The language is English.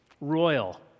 royal